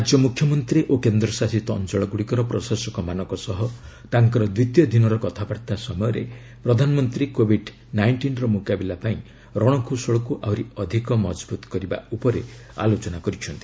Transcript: ରାଜ୍ୟ ମୁଖ୍ୟମନ୍ତ୍ରୀ ଓ କେନ୍ଦ୍ରଶାସିତ ଅଞ୍ଚଳ ଗୁଡ଼ିକର ପ୍ରଶାସକମାନଙ୍କ ସହ ତାଙ୍କର ଦ୍ୱିତୀୟ ଦିନର କଥାବାର୍ତ୍ତା ସମୟରେ ପ୍ରଧାନମନ୍ତ୍ରୀ କୋଭିଡ ନାଇଷ୍ଟିନ୍ର ମୁକାବିଲା ପାଇଁ ରଣକୌଶଳକୁ ଆହୁରି ଅଧିକ ମଜଭୁତ କରିବା ଉପରେ ଆଲୋଚନା କରିଛନ୍ତି